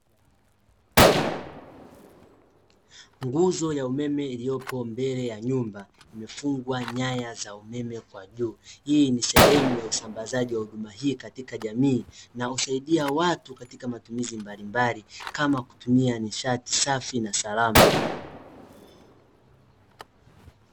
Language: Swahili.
Nguzo ya umeme iliyopo mbele ya nyumba, imefungwa nyaya za umeme kwa juu. Hii ni sehemu ya usambazaji wa huduma hii katika jamii na husaidia watu katika matumizi mbalimbali kama kutumia nishati safi na salama.